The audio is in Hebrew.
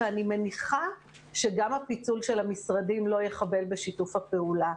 ואני מניחה שגם הפיצול של המשרדים לא יחבל בשיתוף הפעולה,